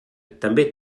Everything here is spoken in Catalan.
també